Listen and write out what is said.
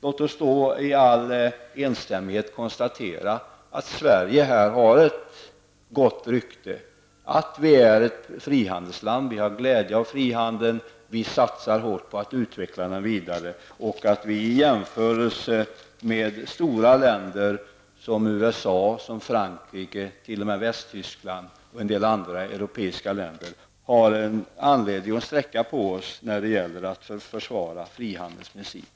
Låt oss då i all enstämmighet konstatera att Sverige har ett gott rykte som frihandelsland, att vi har glädje av frihandeln, att vi satsar hårt på att utveckla den och att vi i jämförelse med stora länder som USA, Frankrike och t.o.m. Västtyskland och en del andra europeiska länder, har anledning att sträcka på oss när det gäller att försvara frihandelsprincipen.